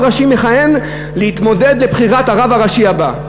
ראשי מכהן להתמודד לבחירת הרב הראשי הבא.